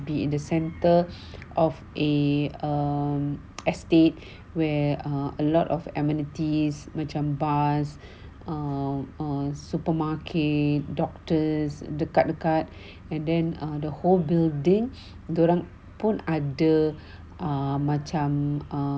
be in the centre of a um estate where a lot of amenities macam vast or or supermarket doctors dekat dekat and then err the whole building dia orang pun ada macam err